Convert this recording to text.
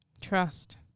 trust